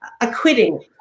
acquitting